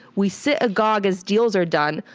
we sit agog as deals are done,